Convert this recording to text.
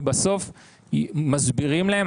ובסוף מסבירים להם,